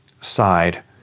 side